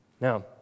Now